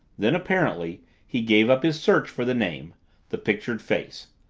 then, apparently, he gave up his search for the name the pictured face.